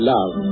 Love